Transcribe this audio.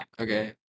okay